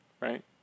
right